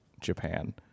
Japan